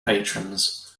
patrons